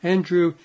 Andrew